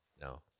No